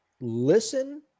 listen